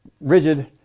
rigid